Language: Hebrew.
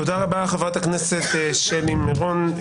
תודה רבה, חברת הכנסת שלי מירון..